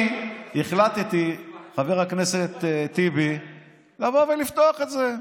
פה זה שקר, אבל בוא נתקדם.